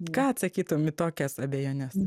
ką atsakytum į tokias abejones